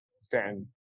stand